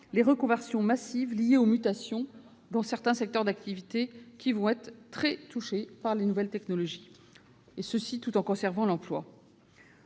les reconversions massives liées aux mutations dans certains secteurs d'activité qui seront très touchés par les nouvelles technologies, avec bien entendu